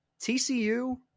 TCU